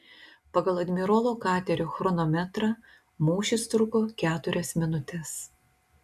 pagal admirolo katerio chronometrą mūšis truko keturias minutes